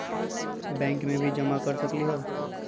Bank में भी जमा कर सकलीहल?